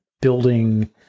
building